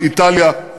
איטליה.